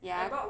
ya